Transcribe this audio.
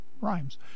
rhymes